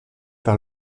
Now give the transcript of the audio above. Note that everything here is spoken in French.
par